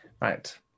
Right